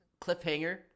cliffhanger